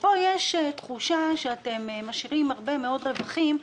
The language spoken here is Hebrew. ופה יש תחושה שאתם משאירים הרבה מאוד רווחים,